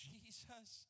Jesus